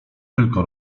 tylko